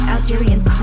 Algerians